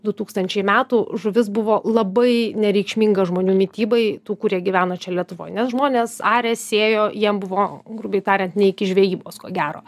du tūkstančiai metų žuvis buvo labai nereikšminga žmonių mitybai tų kurie gyveno čia lietuvoj nes žmonės arė sėjo jiem buvo grubiai tariant ne iki žvejybos ko gero